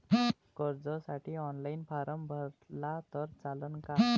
कर्जसाठी online form भरला तर चालन का?